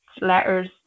letters